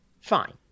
Fine